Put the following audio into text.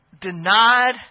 denied